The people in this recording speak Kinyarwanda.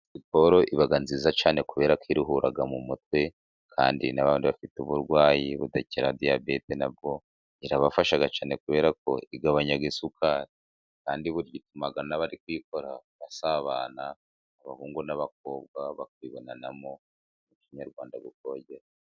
Siporo iba nziza cyane kubera ko iruhura mu mutwe kandi n'ababandi bafite uburwayi budakira diyabete nabwo irabafasha cyane kubera ko igabanya isukari, kandi burya ituma nabari kuyikora basabana abahungu n'abakobwa bakwibonanamo umuco Nyarwanda ukogera.